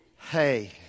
hey